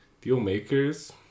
Deal-makers